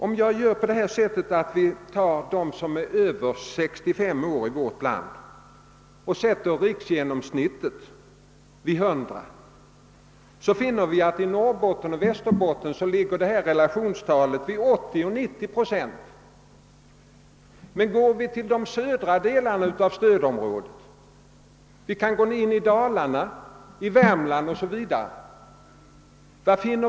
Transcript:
Om vi sedan ser på dem som är över 65 år och sätter riksgenomsnittet vid 100 finner vi att i Norrbotten och Västerbotten ligger relationstalet vid 80—90 procent. I södra delarna av stödområdet — i Dalarna, Värmland 0. s. v.